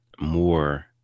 more